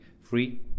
free